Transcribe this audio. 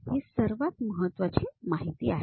ही सर्वात महत्वाची माहिती आहेत